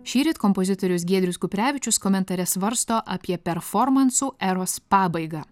šįryt kompozitorius giedrius kuprevičius komentare svarsto apie performansų eros pabaigą